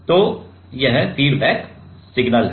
तो वह feedback signal है